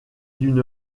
d’une